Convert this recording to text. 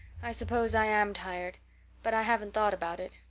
i suppose i am tired but i haven't thought about it.